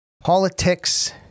politics